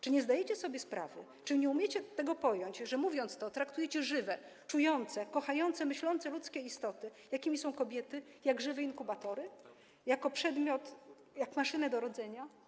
Czy nie zdajecie sobie sprawy, czy nie umiecie tego pojąć, że mówiąc to, traktujecie żywe, czujące, kochające, myślące ludzkie istoty, jakimi są kobiety, jak żywe inkubatory, jak przedmiot, jak maszynę do rodzenia?